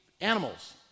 animals